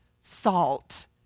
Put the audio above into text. salt